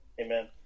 Amen